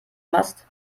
machst